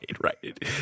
right